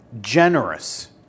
generous